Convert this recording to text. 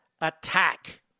attack